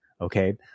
okay